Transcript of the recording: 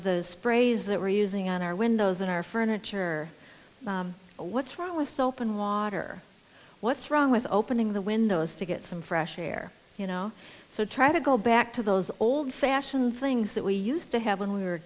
those sprays that we're using on our windows in our furniture what's wrong with soap and water what's wrong with opening the windows to get some fresh air you know so try to go back to those old fashioned things that we used to have when we